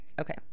Okay